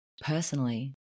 personally